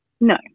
No